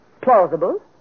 plausible